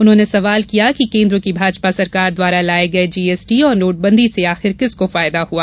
उन्होंने सवाल किया कि केन्द्र की भाजपा सरकार द्वारा लाये गये जीएसटी और नोटबंदी से आखिर किसको फायदा हुआ